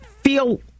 feel